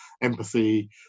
empathy